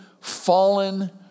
fallen